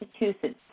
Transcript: Massachusetts